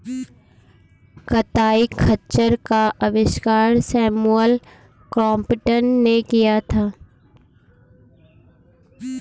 कताई खच्चर का आविष्कार सैमुअल क्रॉम्पटन ने किया था